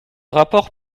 rapport